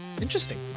interesting